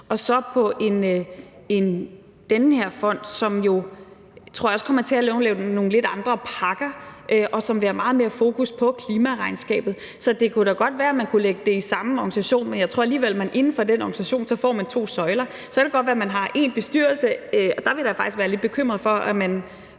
og så den her fond, som jeg også tror kommer til at lave nogle lidt andre pakker, og som vil have meget mere fokus på klimaregnskabet. Så det kunne da godt være, at man kunne lægge det i samme organisation, men jeg tror alligevel, at man inden for den organisation ville få to søjler. Så kan det godt være, at man har én bestyrelse, men der kan jeg da faktisk være lidt bekymret for, hvordan